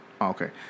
Okay